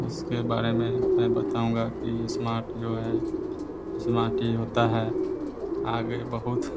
इसके बारे में मैं बताऊँगा कि स्मार्ट जो है स्मार्ट ही होता है आगे बहुत